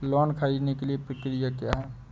Loan ख़रीदने के लिए प्रक्रिया क्या है?